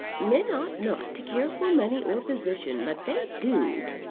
men ought not to care for money or position, but they do.